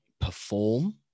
perform